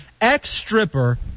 Ex-stripper